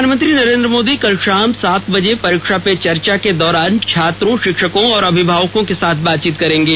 प्रधानमंत्री नरेंद्र मोदी कल शाम सात बजे परीक्षा पे चर्चा के दौरान छात्रों शिक्षकों और अभिभावकों के साथ बातचीत करेंगे